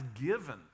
given